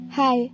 Hi